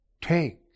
take